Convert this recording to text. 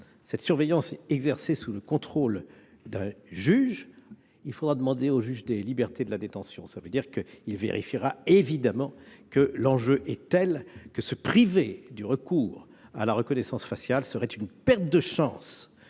cette surveillance exercée sous le contrôle d'un juge, il faudra le demander à un juge des libertés et de la détention (JLD). Ce dernier vérifiera évidemment que l'enjeu est tel que se priver du recours à la reconnaissance faciale serait une perte de chance